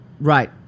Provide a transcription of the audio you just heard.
Right